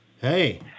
Hey